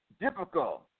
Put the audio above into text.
difficult